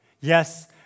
Yes